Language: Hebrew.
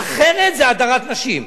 אחרת זה הדרת נשים.